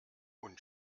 und